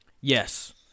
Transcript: Yes